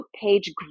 page